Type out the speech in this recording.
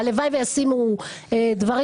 והלוואי וישימו דברים,